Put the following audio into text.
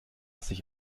sich